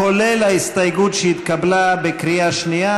כולל ההסתייגות שהתקבלה בקריאה שנייה.